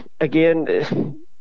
again